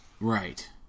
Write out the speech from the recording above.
Right